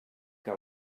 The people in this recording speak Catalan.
que